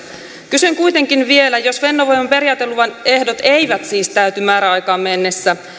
kysyn kuitenkin vielä jos fennovoiman periaateluvan ehdot eivät siis täyty määräaikaan mennessä